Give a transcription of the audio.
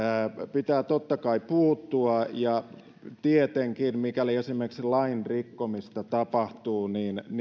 pitää totta kai puuttua tietenkin mikäli esimerkiksi lain rikkomista tapahtuu